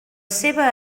seva